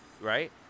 right